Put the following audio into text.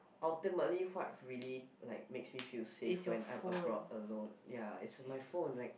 ultimately what really like makes me feel safe when I'm abroad alone ya it's my phone like